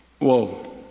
Whoa